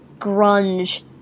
grunge